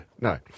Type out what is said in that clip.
No